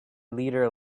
leader